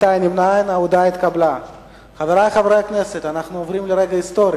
התשס"ט 2009, ואת הצעת חוק